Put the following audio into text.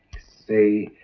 say,